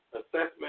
assessment